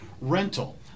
rental